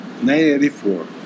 1984